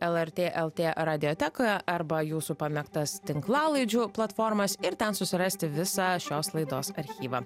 lrt lt radijotekoje arba jūsų pamėgtas tinklalaidžių platformas ir ten susirasti visą šios laidos archyvą